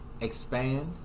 Expand